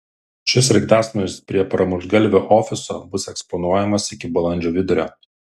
šis sraigtasparnis prie pramuštgalvio ofiso bus eksponuojamas iki balandžio vidurio